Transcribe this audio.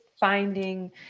finding